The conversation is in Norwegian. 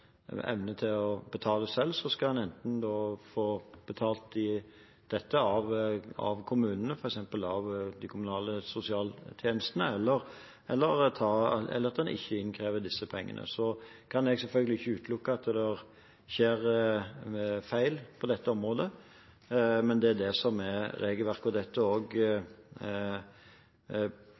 evne til å betale selv. Da skal en enten få betalt dette av kommunene, f.eks. av de kommunale sosialtjenestene, eller en krever ikke inn disse pengene. Så kan jeg selvfølgelig ikke utelukke at det skjer feil på dette området, men dette er ifølge regelverket. Dette er basert på mitt initiativ og